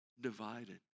divided